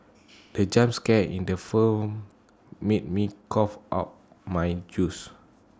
the jump scare in the film made me cough out my juice